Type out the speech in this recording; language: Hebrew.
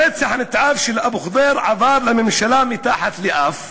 הרצח הנתעב של אבו ח'דיר עבר לממשלה מתחת לאף,